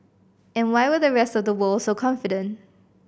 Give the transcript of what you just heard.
and why were the rest of the world so confident